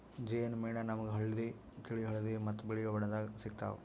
ಜೇನ್ ಮೇಣ ನಾಮ್ಗ್ ಹಳ್ದಿ, ತಿಳಿ ಹಳದಿ ಮತ್ತ್ ಬಿಳಿ ಬಣ್ಣದಾಗ್ ಸಿಗ್ತಾವ್